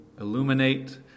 illuminate